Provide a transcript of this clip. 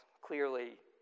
clearly